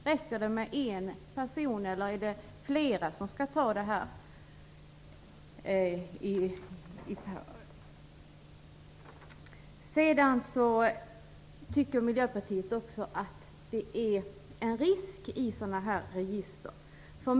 Räcker det med att en person gör detta, eller är det flera som skall göra det? Miljöpartiet tycker också att det finns en risk med sådana här register.